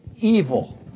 evil